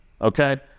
okay